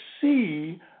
see